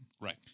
Right